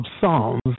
Psalms